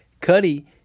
Cuddy